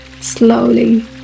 slowly